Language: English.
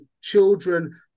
children